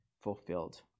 fulfilled